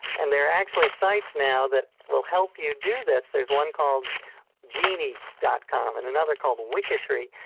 and there are actually sites now that will help you do this. there's one called geni dot com and another called wikitree,